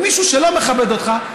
ומישהו שלא מכבד אותך,